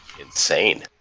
insane